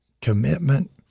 commitment